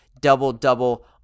double-double